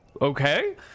okay